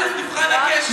נבחן הקשר.